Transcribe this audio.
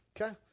Okay